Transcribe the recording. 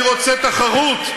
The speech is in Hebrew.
אני רוצה תחרות,